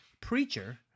preacher